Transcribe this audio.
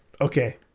Okay